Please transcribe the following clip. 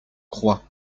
croix